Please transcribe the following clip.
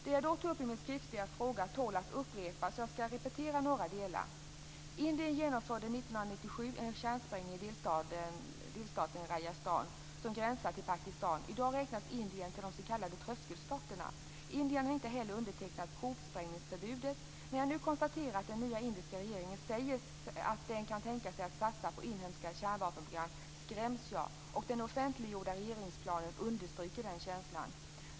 Det som jag tog upp i min skriftliga fråga tål att upprepas, och jag skall repetera några delar av det: "Indien genomförde 1997 en kärnsprängning i delstaten Rajastan, som gränsar till Pakistan. I dag räknas Indien till de s.k. tröskelstaterna. Indien har inte heller undertecknat provsprängningsförbudet. När jag nu konstaterar att den nya indiska regeringen säger att den kan tänka sig att satsa på inhemskt kärnvapenprogram skräms jag. Och den offentliggjorda regeringsplanen understryker den känslan.